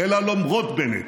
אלא למרות בנט.